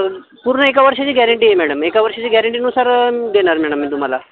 पूर्ण एका वर्षाची गॅरेंटी आहे मॅडम एका वर्षाची गॅरेंटीनुसार देणार मॅडम मी तुम्हाला